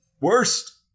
Worst